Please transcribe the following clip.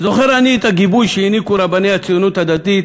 זוכר אני את הגיבוי שהעניקו רבני הציונות הדתית